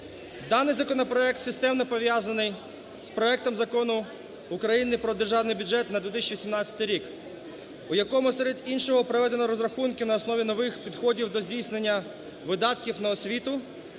Даний законопроект системно пов'язаний з проектом Закону України про Державний бюджет на 2017 рік, у якому, серед іншого, проведено розрахунки на основі нових підходів до здійснення видатків на освіту,